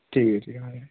ठीक ऐ ठीक ऐ